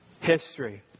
history